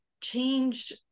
changed